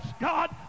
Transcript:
God